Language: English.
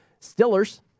Stillers